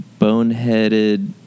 boneheaded